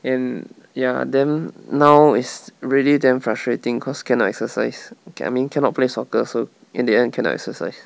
and ya then now it's really damn frustrating cause cannot exercise I mean cannot play soccer so in the end cannot exercise